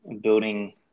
building